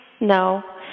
no